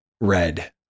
red